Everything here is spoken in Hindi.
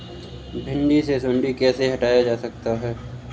भिंडी से सुंडी कैसे हटाया जा सकता है?